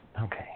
Okay